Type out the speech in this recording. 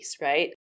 right